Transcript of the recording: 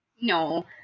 No